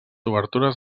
obertures